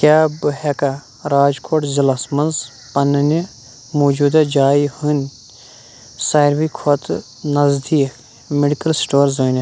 کیٛاہ بہٕ ہیٚکیٛاہ راجکوٹ ضلعس مَنٛز پنٕنہِ موٗجوٗدٕ جایہِ ہٕنٛدۍ سارِوٕے کھۅتہٕ نٔزدیٖک میڈیکل سِٹور زٲنِتھ